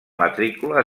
matrícula